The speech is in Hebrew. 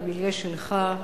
במיליה שלך,